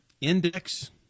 index